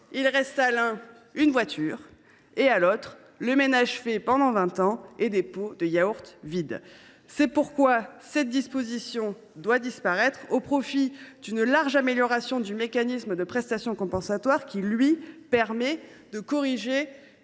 il reste à l’un une voiture et à l’autre, le ménage fait pendant vingt ans et des pots de yaourt vides ! C’est pourquoi cette disposition doit disparaître au profit d’une large amélioration du mécanisme de prestation compensatoire, qui, lui, permet de corriger